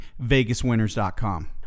vegaswinners.com